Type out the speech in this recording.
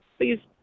please